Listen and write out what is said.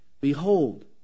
Behold